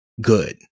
good